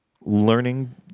learning